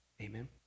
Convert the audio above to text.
Amen